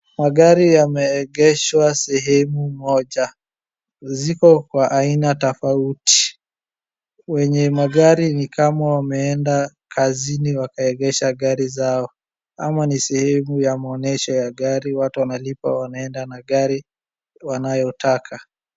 Magari yameegeshwa sehemu moja .Ziko kwa aina tofauti. Wenye magari ni kama wameenda kazini wakaegesha gari zao ama ni sehemu ya maonesho ya gari ,watu wanalipa wanenda na gari wanyotaka.